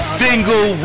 single